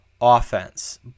offense